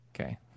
Okay